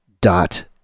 dot